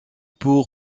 pour